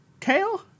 tail